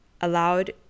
allowed